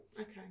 Okay